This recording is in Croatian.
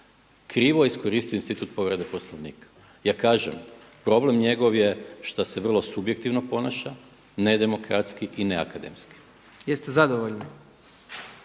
krivo iskoristio institut povrede Poslovnika. Ja kažem problem njegov je što se vrlo subjektivno ponaša, nedemokratski i neakademski. **Jandroković,